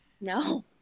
no